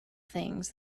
things